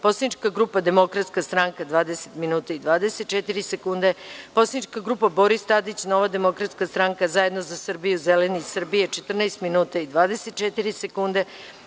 Poslanička grupa Demokratska stranka – 20 minuta i 24 sekunde; Poslanička grupa Boris Tadić – Nova demokratska stranka, Zajedno za Srbiju, Zeleni Srbije – 14 minuta i 24 sekunde;